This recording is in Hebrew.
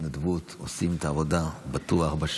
התנדבות בטוח עושים את העבודה בשטח.